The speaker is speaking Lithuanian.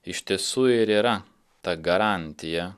iš tiesų ir yra ta garantija